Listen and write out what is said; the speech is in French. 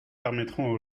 permettront